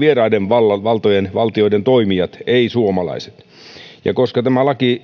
vieraiden valtioiden toimijat eivät suomalaiset kun tämä laki